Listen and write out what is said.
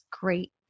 great